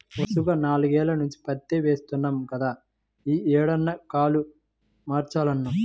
వరసగా నాల్గేల్ల నుంచి పత్తే యేత్తన్నాం గదా, యీ ఏడన్నా కాలు మార్చాలన్నా